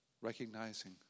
recognizing